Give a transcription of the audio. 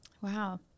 Wow